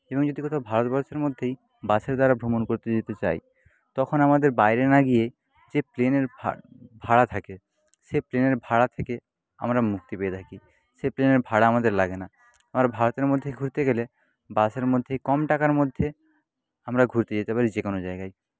এবং যদি কোথাও ভারতবর্ষের মধ্যেই বাসের দ্বারা ভ্রমণ করতে যেতে চাই তখন আমাদের বাইরে না গিয়ে যে প্লেনের ভাড়া থাকে সে প্লেনের ভাড়া থেকে আমরা মুক্তি পেয়ে থাকি সে প্লেনের ভাড়া আমাদের লাগেনা আমরা ভারতের মধ্যেই ঘুরতে গেলে বাসের মধ্যেই কম টাকার মধ্যে আমরা ঘুরতে যেতে পারি যেকোনো জায়গায়